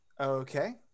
Okay